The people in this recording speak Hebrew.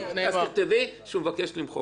תכתבי שהוא מבקש למחוק את זה.